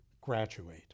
graduate